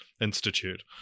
institute